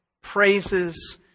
praises